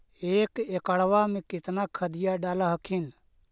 एक एकड़बा मे कितना खदिया डाल हखिन?